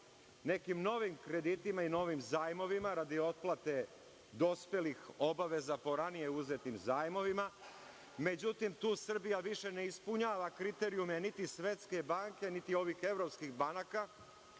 nekim novim kreditima, nekim novim zajmovima, radi otplate dospelih obaveza po ranije uzetim zajmovima, međutim, tu Srbija više ne ispunjava kriterijume niti Svetske banke, niti ovih evropskih banaka,